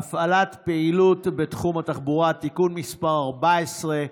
(הגבלת פעילות בתחום התחבורה) (תיקון מס' 14),